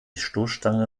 stoßstange